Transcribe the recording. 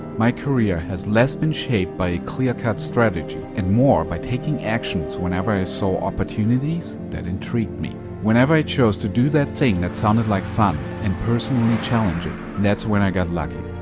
my career has less been shaped by a clear cut strategy, and more by taking actions whenever i saw opportunities that intrigued me. whenever i chose to do that thing that sounded like fun and personally challenging, that's when i got lucky.